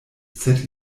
sed